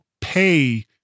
pay